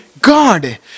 God